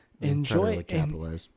enjoy